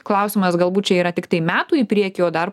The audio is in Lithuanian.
klausimas galbūt čia yra tiktai metų į priekį o dar